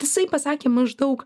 jisai pasakė maždaug